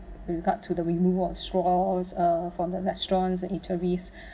with regard to the removal of straws uh from the restaurants and eateries